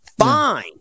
fine